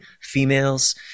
females